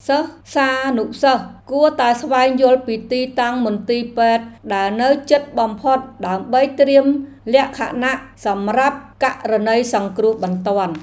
សិស្សានុសិស្សគួរតែស្វែងយល់ពីទីតាំងមន្ទីរពេទ្យដែលនៅជិតបំផុតដើម្បីត្រៀមលក្ខណៈសម្រាប់ករណីសង្គ្រោះបន្ទាន់។